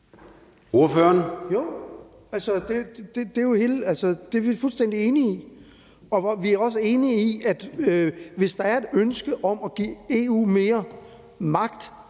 det er vi fuldstændig enige i. Vi er også enige i, at hvis der er et ønske om at give EU mere magt,